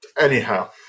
anyhow